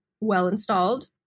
well-installed